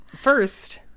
first